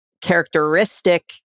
characteristic